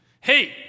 Hey